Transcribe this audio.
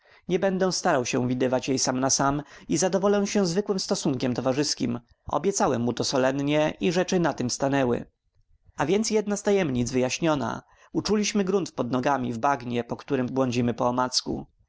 nie będę starał się widywać jej sam na sam i zadowolę się zwykłym stosunkiem towarzyskim obiecałem mu to solennie i rzeczy na tem stanęły a więc jedna z tajemnic już wyjaśniona uczuliśmy grunt pod nogami w bagnie po którem błądzimy poomacku